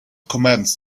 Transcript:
commenced